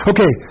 Okay